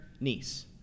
niece